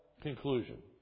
conclusion